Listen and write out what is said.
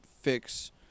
fix